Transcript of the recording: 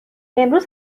امروز